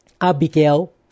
Abigail